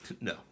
No